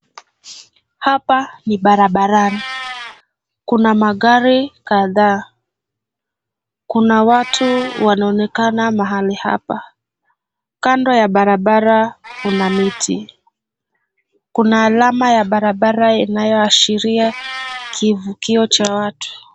Hapa ni barabarani. Kuna magari kadhaa. Kuna watu wanaonekana mahali hapa. Kando ya barabara kuna miti. Kuna alama ya barabara inayoashiria kivukio cha watu.